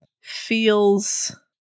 feels